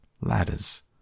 Ladders